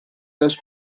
dust